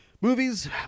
Movies